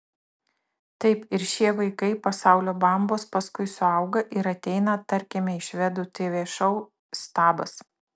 taip ir šie vaikai pasaulio bambos paskui suauga ir ateina tarkime į švedų tv šou stabas